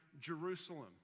Jerusalem